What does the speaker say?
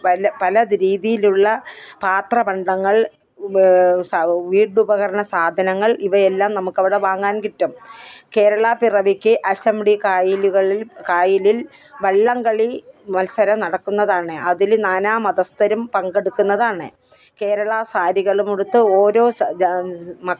പല പല രീതിയിലുള്ള പാത്രപണ്ടങ്ങൾ സ വീട്ടുപകരണ സാധനങ്ങൾ ഇവയെല്ലാം നമുക്കവിടെ വാങ്ങാൻ കിട്ടും കേരളാപ്പിറവിക്ക് അഷ്ടമുടി കായലുകളിൽ കായലിൽ വള്ളംകളി മത്സരം നടക്കുന്നതാണ് അതില് നാനാ മതസ്ഥരും പങ്കെടുക്കുന്നതാണ് കേരള സാരികളുമുടുത്ത് ഓരോ ജാ മ